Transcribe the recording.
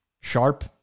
sharp